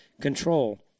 control